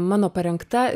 mano parengta